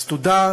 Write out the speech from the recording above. אז תודה,